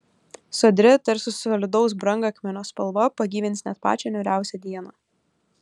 sodri tarsi solidaus brangakmenio spalva pagyvins net pačią niūriausią dieną